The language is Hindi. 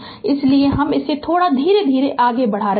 इसलिए हम इसे थोड़ा धीरे धीरे आगे बढ़ा रहे है